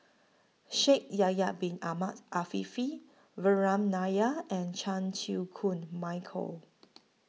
Shaikh Yahya Bin Ahmed Afifi Vikram Nair and Chan Chew Koon Michael